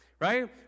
Right